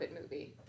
movie